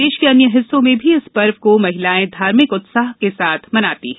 देश के अन्य हिस्सों में भी इस पर्व को महिलाए धार्मिक उत्साह के साथ मनाती है